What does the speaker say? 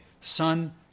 son